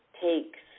Takes